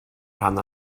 rhan